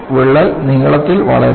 വിള്ളൽ നീളത്തിൽ വളരുന്നു